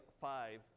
five